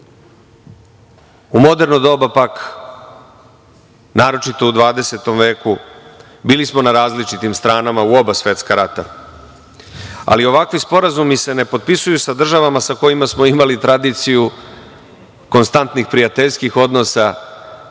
U moderno doba pak, naročito u 20. veku, bili smo na različitim snagama u oba svetska rata, ali ovakvi sporazumi se ne potpisuju se sa državama sa kojima smo imali tradiciju konstantnih prijateljskih odnosa i